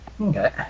Okay